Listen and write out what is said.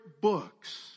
books